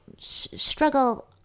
struggle